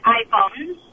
iPhones